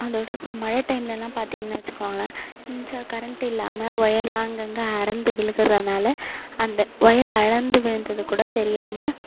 அதோடு இப்போ மழை டைம்லலாம் பார்த்திங்கன்னா வச்சிக்கோங்களேன் மின்சா கரெண்ட் இல்லாமல் ஒயர்லாம் அங்கங்கே அறுந்து விழுகுறனால அந்த ஒயர் அறுந்து விழுந்தது கூட தெரியாமல்